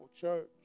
church